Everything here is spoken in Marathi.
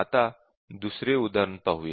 आता दुसरे उदाहरण पाहू